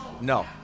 No